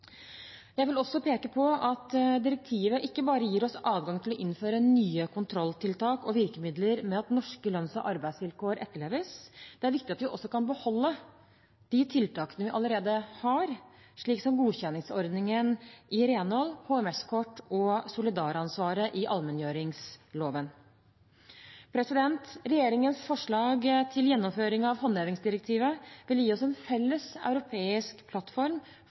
Jeg vil også peke på at direktivet ikke bare gir oss adgang til å innføre nye kontrolltiltak og virkemidler for at norske lønns- og arbeidsvilkår etterleves, det er viktig at vi også kan beholde de tiltakene vi allerede har, slik som godkjenningsordningen i renhold, HMS-kort og solidaransvaret i allmenngjøringsloven. Regjeringens forslag til gjennomføring av håndhevingsdirektivet vil gi oss en felles europeisk plattform